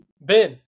Ben